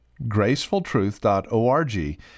GracefulTruth.org